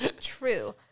True